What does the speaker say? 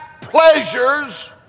pleasures